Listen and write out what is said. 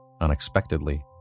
unexpectedly